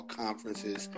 conferences